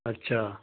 اچھا